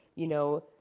you know,